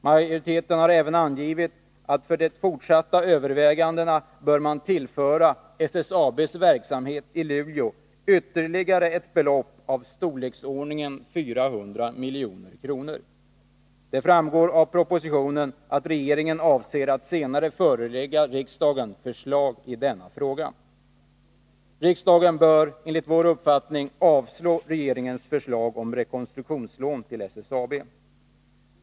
Majoriteten har även angivit att för de fortsatta övervägandena bör man tillföra SSAB:s verksamhet i Luleå ytterligare ett belopp av storleksordningen 400 milj.kr. Det framgår av propositionen att regeringen avser att senare förelägga riksdagen förslag i denna fråga. Riksdagen bör enligt vår uppfattning avslå regeringens förslag om rekonstruktionslån till SSAB.